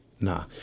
Nah